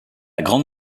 grande